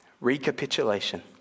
Recapitulation